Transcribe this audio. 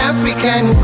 African